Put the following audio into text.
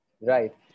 Right